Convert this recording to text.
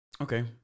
Okay